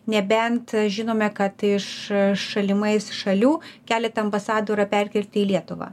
nebent žinome kad iš šalimais šalių keleta ambasadų yra perkelti į lietuvą